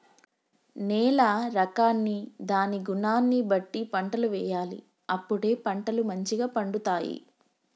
నేల రకాన్ని దాని గుణాన్ని బట్టి పంటలు వేయాలి అప్పుడే పంటలు మంచిగ పండుతాయి